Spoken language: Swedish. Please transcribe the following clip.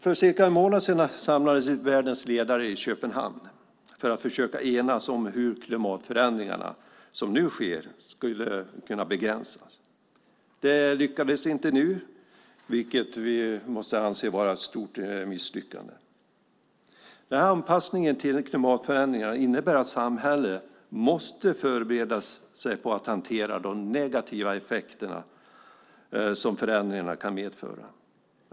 För cirka en månad sedan samlades världens ledare i Köpenhamn för att försöka enas om hur de klimatförändringar som nu sker skulle kunna begränsas. Det lyckades inte, vilket vi måste anse vara ett stort misslyckande. Anpassningen till klimatförändringarna innebär att samhället måste förbereda sig på att hantera de negativa effekter som förändringarna kan medföra.